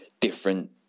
different